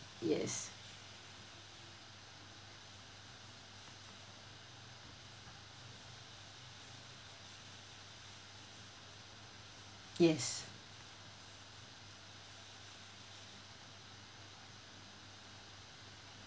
yes yes